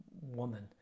woman